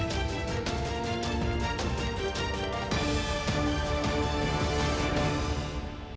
Дякую,